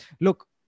Look